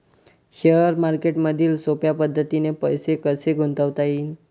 Share मार्केटमधी सोप्या पद्धतीने पैसे कसे गुंतवता येईन?